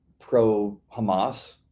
pro-Hamas